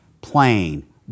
plain